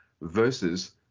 versus